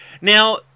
Now